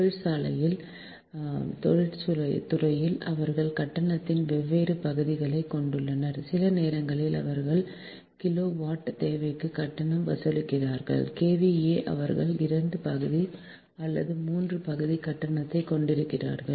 தொழிற்துறையில் அவர்கள் கட்டணத்தின் வெவ்வேறு பகுதிகளைக் கொண்டுள்ளனர் சில நேரங்களில் அவர்கள் கிலோவாட் தேவைக்கு கட்டணம் வசூலிக்கிறார்கள் KVA அவர்கள் இரண்டு பகுதி அல்லது மூன்று பகுதி கட்டணத்தைக் கொண்டிருக்கிறார்கள்